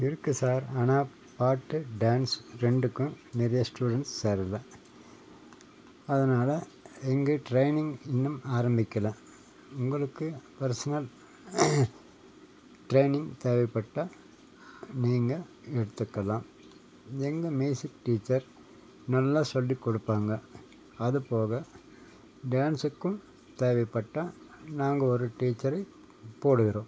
இருக்குது சார் ஆனால் பாட்டு டான்ஸ் ரெண்டுக்கும் நிறைய ஸ்டூடண்ட்ஸ் சேரலை அதனால் இங்கே ட்ரைனிங் இன்னும் ஆரம்பிக்கலை உங்களுக்கு பெர்சனல் ட்ரைனிங் தேவைப்பட்டால் நீங்கள் எடுத்துக்கலாம் எங்கள் மியூசிக் டீச்சர் நல்லா சொல்லிக் கொடுப்பாங்க அது போக டான்ஸ்ஸுக்கும் தேவைப்பட்டால் நாங்கள் ஒரு டீச்சர் போடுகிறோம்